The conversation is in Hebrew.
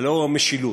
הלוא הוא המשילות.